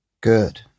Good